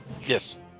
yes